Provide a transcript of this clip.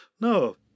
no